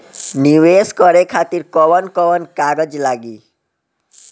नीवेश करे खातिर कवन कवन कागज लागि?